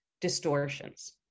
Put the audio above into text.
distortions